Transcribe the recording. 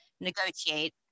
negotiate